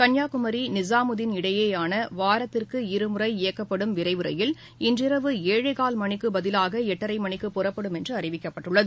கள்ளியாகுமரி நிஜாமுதின் இடையேயான வாரத்திற்கு இருமுறை இயக்கப்படும் விளரவு ரயில் இன்று இரவு ஏழேகால் மணிக்கு பதிலாக எட்டரை மணிக்கு புறப்படும் என்று அறிவிக்கப்பட்டுள்ளது